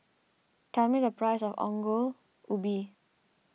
tell me the price of Ongol Ubi